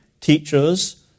teachers